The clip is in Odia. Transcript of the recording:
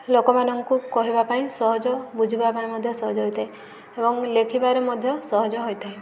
ଲୋକମାନଙ୍କୁ କହିବା ପାଇଁ ସହଜ ବୁଝିବା ପାଇଁ ମଧ୍ୟ ସହଜ ହୋଇଥାଏ ଏବଂ ଲେଖିବାରେ ମଧ୍ୟ ସହଜ ହୋଇଥାଏ